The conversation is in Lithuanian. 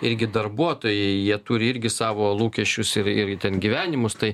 irgi darbuotojai jie turi irgi savo lūkesčius ir ir ten gyvenimus tai